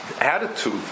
attitude